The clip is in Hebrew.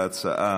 ההצעה